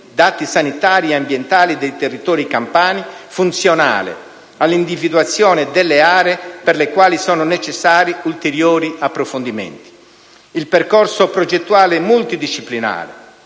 dati sanitari ed ambientali del territori campani funzionale all'individuazione delle aree per le quali sono necessari ulteriori approfondimenti. Il percorso progettuale multidisciplinare